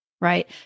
right